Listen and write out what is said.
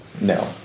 No